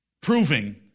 proving